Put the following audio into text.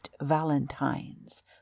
valentines